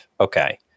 Okay